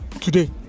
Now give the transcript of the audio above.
today